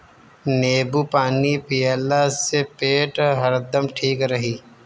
नेबू पानी पियला से पेट हरदम ठीक रही